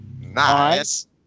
Nice